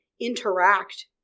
interact